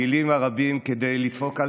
לשלוח את הפעילים הרבים כדי לדפוק על